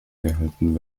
gehalten